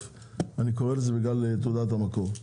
אני קורא לזה מס עודף בגלל תעודת המקור.